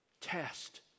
Test